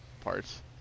parts